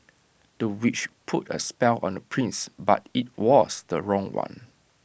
the witch put A spell on the prince but IT was the wrong one